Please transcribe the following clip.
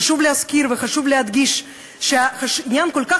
חשוב להזכיר וחשוב להדגיש שעניין כל כך